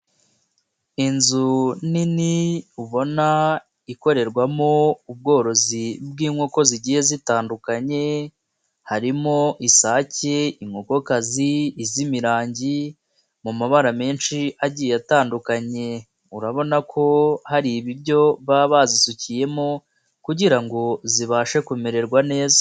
Inzu nini ubona ikorerwamo ubworozi bw'inkoko zigiye zitandukanye, harimo isake, inkokokazi, iz'imirangi, mu mabara menshi agiye atandukanye. Urabona ko hari ibiryo baba bazisukiyemo kugira ngo zibashe kumererwa neza.